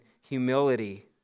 humility